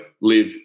live